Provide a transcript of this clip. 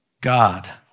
God